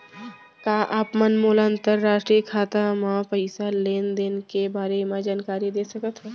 का आप मन मोला अंतरराष्ट्रीय खाता म पइसा लेन देन के बारे म जानकारी दे सकथव?